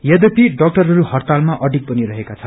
यद्धपि डाक्टरहरू हइतालमा अडिग बनिरहेका छन्